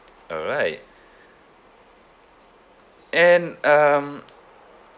alright and um